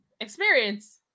experience